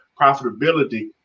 profitability